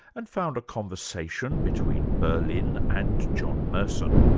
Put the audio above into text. and found a conversation between berlin and john merson,